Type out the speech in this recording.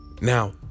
Now